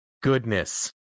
goodness